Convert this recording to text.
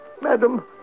madam